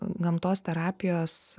gamtos terapijos